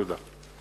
תודה.